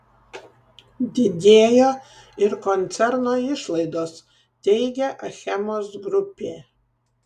didėjo ir koncerno išlaidos teigia achemos grupė